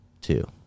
two